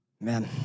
Man